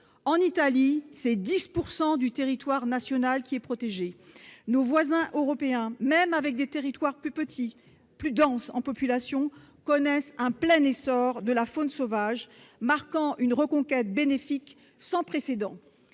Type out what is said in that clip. En Italie, 10 % du territoire national est protégé. Nos voisins européens, même avec des territoires plus petits, plus denses en population, connaissent un plein essor de la faune sauvage, marquant une reconquête bénéfique sans précédent